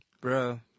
Bro